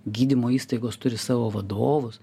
gydymo įstaigos turi savo vadovus